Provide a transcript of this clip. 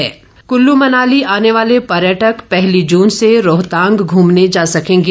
रोहतांग कल्लू मनाली आने वाले पर्यटक पहली जून से रोहतांग घूमने जा सकेंगे